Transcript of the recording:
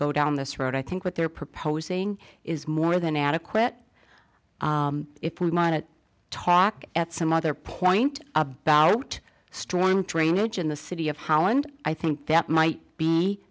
go down this road i think what they're proposing is more than adequate if we want to talk at some other point about storm training in the city of holland i think that might be